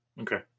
Okay